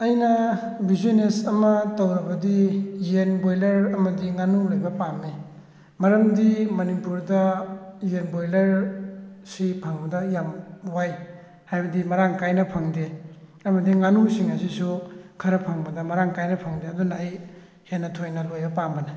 ꯑꯩꯅ ꯕꯤꯖꯤꯅꯦꯁ ꯑꯃ ꯇꯧꯔꯕꯗꯤ ꯌꯦꯟ ꯕꯣꯏꯂꯔ ꯑꯃꯗꯤ ꯉꯥꯅꯨ ꯂꯣꯏꯕ ꯄꯥꯝꯃꯤ ꯃꯔꯝꯗꯤ ꯃꯅꯤꯄꯨꯔꯗ ꯌꯦꯟ ꯕꯣꯏꯂꯔꯁꯤ ꯐꯪꯕꯗ ꯌꯥꯝ ꯋꯥꯏ ꯍꯥꯏꯕꯗꯤ ꯃꯔꯥꯡ ꯀꯥꯏꯅ ꯐꯪꯗꯦ ꯑꯃꯗꯤ ꯉꯥꯅꯨꯁꯤꯡ ꯑꯁꯤꯁꯨ ꯈꯔ ꯐꯪꯕꯗ ꯃꯔꯥꯡ ꯀꯥꯏꯅ ꯐꯪꯗꯦ ꯑꯗꯨꯅ ꯑꯩ ꯍꯦꯟꯅ ꯊꯣꯏꯅ ꯂꯣꯏꯕ ꯄꯥꯝꯕꯅꯤ